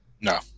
No